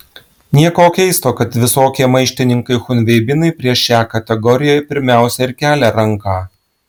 nieko keisto kad visokie maištininkai chunveibinai prieš šią kategoriją pirmiausia ir kelia ranką